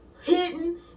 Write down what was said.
hidden